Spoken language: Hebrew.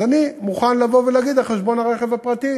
אז אני מוכן לבוא ולהגיד: על חשבון הרכב הפרטי